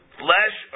flesh